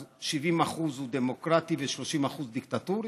אז 70% היא דמוקרטית ו-30% דיקטטורה?